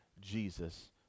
jesus